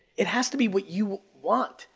it has to be what you want,